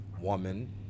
woman